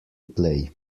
play